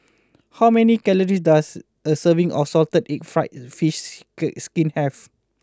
how many calories does a serving of Salted Egg Fried Fish ski Skin have